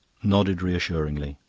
nodded reassuringly.